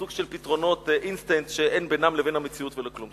סוג של פתרונות אינסטנט שאין בינם לבין המציאות ולא כלום.